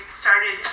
started